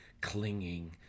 clinging